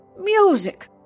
Music